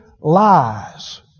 lies